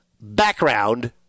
background